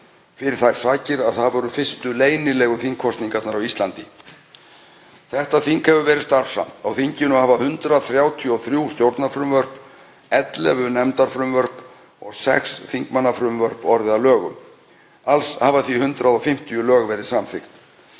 fyrir þær sakir að það voru fyrstu leynilegu þingkosningarnar á Íslandi. Þetta þing hefur verið starfsamt. Á þinginu hafa 133 stjórnarfrumvörp, 11 nefndarfrumvörp og 6 þingmannafrumvörp orðið að lögum. Alls hafa því 150 lög verið samþykkt.